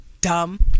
dumb